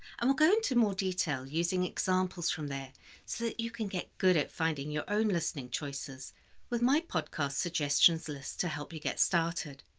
and we'll go into more detail using examples from there, so that you can get good at finding your own listening choices with my podcast suggestions list to help you get started.